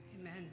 Amen